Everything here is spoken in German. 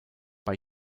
bei